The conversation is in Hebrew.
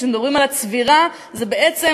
כשמדברים על הצבירה זה בעצם,